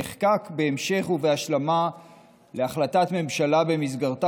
נחקק בהמשך ובהשלמה להחלטת ממשלה שבמסגרתה